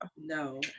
No